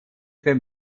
für